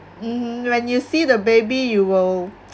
mmhmm when you see the baby you will